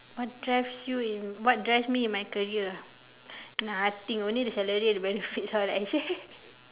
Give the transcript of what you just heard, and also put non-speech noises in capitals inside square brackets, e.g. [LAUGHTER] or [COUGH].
what drives you in what drives me in my career nothing only the salary and the benefits lor like I say [LAUGHS]